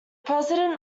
president